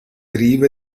rive